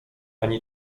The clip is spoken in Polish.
ani